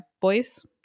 boys